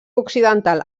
occidental